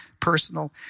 personal